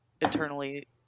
eternally